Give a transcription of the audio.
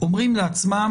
אומרים לעצמם,